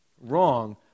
wrong